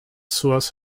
source